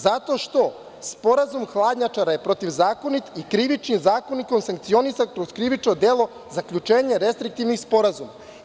Zato što sporazum hladnjačara je protivzakonit i Krivičnim zakonikom sankcionisati uz krivično delo zaključenje restriktivnih sporazuma.